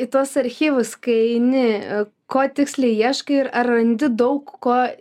į tuos archyvus kai eini ko tiksliai ieškaiir ar randi daug ko